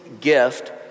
gift